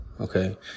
okay